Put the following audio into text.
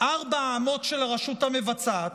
ארבע האמות של הרשות המבצעת,